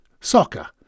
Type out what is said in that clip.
Soccer